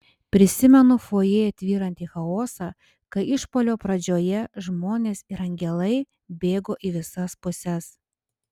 prisimenu fojė tvyrantį chaosą kai išpuolio pradžioje žmonės ir angelai bėgo į visas puses